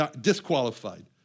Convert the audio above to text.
disqualified